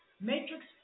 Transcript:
Matrix